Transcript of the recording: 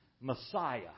Messiah